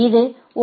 இது ஓ